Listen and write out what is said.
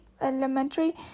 elementary